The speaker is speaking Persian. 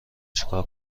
چیکار